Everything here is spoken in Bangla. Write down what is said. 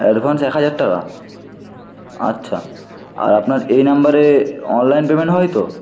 অ্যাডভান্স এক হাজার টাকা আচ্ছা আর আপনার এই নাম্বারে অনলাইন পেমেন্ট হয় তো